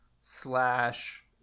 slash